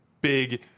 big